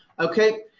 ok,